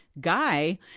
guy